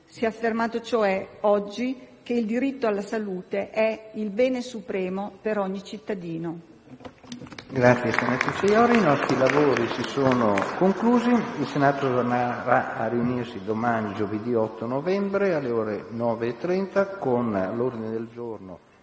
Si è affermato cioè oggi che il diritto alla salute è il bene supremo per ogni cittadino.